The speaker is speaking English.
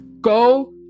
Go